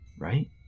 right